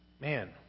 Man